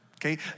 okay